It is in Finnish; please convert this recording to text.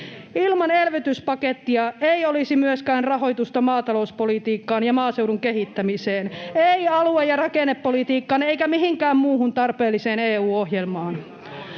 Ilman elvytyspakettia ei olisi myöskään rahoitusta maatalouspolitiikkaan ja maaseudun kehittämiseen, [Perussuomalaisten ryhmästä: Olisi!] ei alue- ja rakennepolitiikkaan eikä mihinkään muuhun tarpeelliseen EU-ohjelmaan.